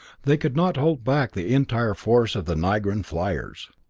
they could not hold back the entire force of the nigran fliers.